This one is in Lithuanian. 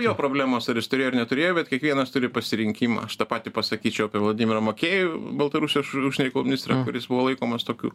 jo problemos ar jis turėjo ar neturėjo bet kiekvienas turi pasirinkimą aš tą patį pasakyčiau apie vladimirą makėjų baltarusijos užsienio reikalų ministrą kuris buvo laikomas tokiu